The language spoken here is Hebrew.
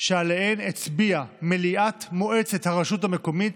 שעליהן הצביעה מליאת מועצת הרשות המקומית.